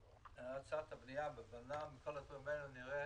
האצת הבנייה וכל הדברים האלה,